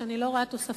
שאני לא רואה תוספות.